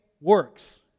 works